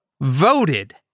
voted